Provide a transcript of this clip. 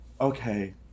okay